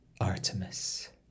Artemis